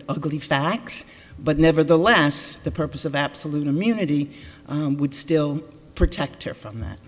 it ugly facts but nevertheless the purpose of absolute immunity would still protect her from that